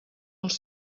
els